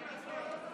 לא נתקבלה.